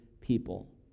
people